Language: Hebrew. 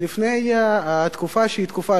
לפני תקופה לא